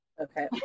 Okay